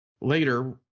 Later